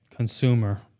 Consumer